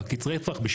בקצרי טווח,